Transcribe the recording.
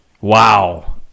Wow